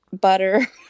butter